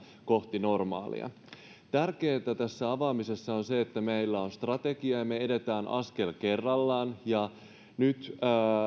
kohti normaalia tärkeätä tässä avaamisessa on se että meillä on strategia ja me etenemme askel kerrallaan nyt